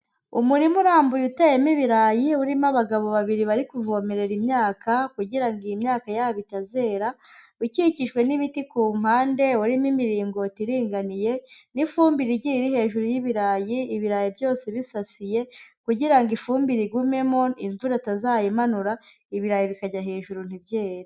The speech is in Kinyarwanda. Umurima urambuye uteyemo ibirayi, urimo abagabo babiri bari kuvomerera imyaka, kugira ngo iyi myaka yabo itazera, ukikijwe n'ibiti ku mpande, urimo imiringoti iringaniye, n'ifumbire igiye iri hejuru y'ibirayi, ibirayi byose bisasiye kugira ngo ifumbire igumemo, imvura itazayimanura, ibirayi bikajya hejuru, ntibyere.